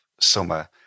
summer